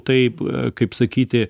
taip kaip sakyti